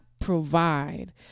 provide